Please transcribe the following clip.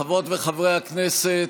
חברות וחברי הכנסת,